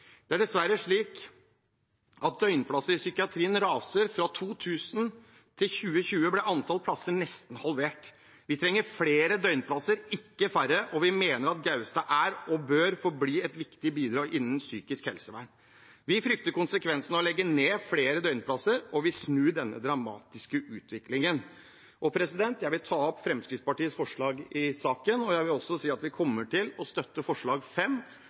Det er dessverre slik at tallet på døgnplasser i psykiatrien raser. Fra 2000 til 2020 ble antall plasser nesten halvert. Vi trenger flere døgnplasser, ikke færre, og vi mener at Gaustad er og bør forbli et viktig bidrag innen psykisk helsevern. Vi frykter konsekvensene av å legge ned flere døgnplasser og vil snu denne dramatiske utviklingen. Jeg vil ta opp Fremskrittspartiets forslag i saken, og jeg vil også si at vi kommer til å støtte forslag